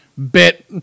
Bit